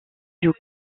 joue